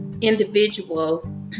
individual